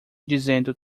dizendo